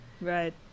Right